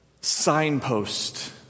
signpost